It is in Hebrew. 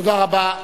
תודה רבה.